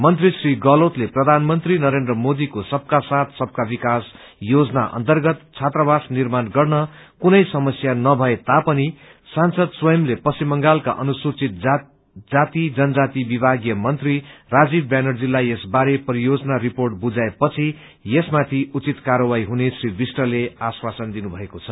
मन्त्री श्री गहलोतले प्रधानमन्त्री नरेन्द्र मोदीको सबका साथ सबका विकास योजना अन्तर्गत छात्रावास निर्माण गर्न कुनै समस्या नभए तापनि सांसद स्वयंले पश्चिम बंगालका अनुसूचित जाति जनजाति विभागीय मन्त्री राजीव ब्यानर्जीलाई यस बारे परियोजना रिपोर्ट बुझाए पछि यसमाथि उचित कार्यवाही हुने श्री विष्टले आश्वासन दिनुभएको छ